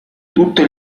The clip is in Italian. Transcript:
tutto